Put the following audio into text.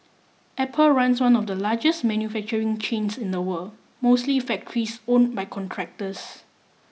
Apple runs one of the largest manufacturing chains in the world mostly factories owned by contractors